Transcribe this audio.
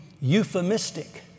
euphemistic